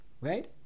right